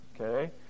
Okay